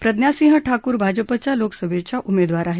प्रज्ञासिंह ठाकूर भाजपाच्या लोकसभेच्या उमेदवार आहेत